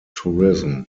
tourism